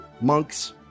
monks